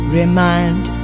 remind